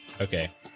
Okay